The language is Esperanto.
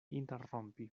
interrompi